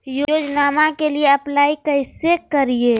योजनामा के लिए अप्लाई कैसे करिए?